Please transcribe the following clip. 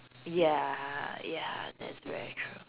ya ya that's very true